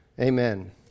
amen